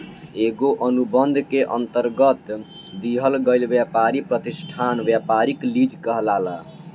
एगो अनुबंध के अंतरगत दिहल गईल ब्यपारी प्रतिष्ठान ब्यपारिक लीज कहलाला